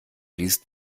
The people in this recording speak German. liest